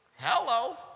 Hello